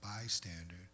bystander